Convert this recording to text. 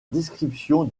description